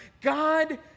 God